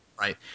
right